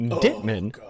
ditman